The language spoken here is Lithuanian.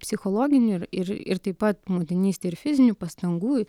psichologinių ir ir ir taip pat motinystei ir fizinių pastangų